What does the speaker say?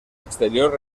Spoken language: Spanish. exterior